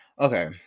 Okay